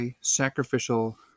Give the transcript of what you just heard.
sacrificial